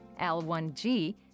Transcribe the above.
L1G